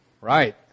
Right